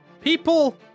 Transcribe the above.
people